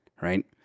Right